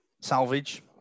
salvage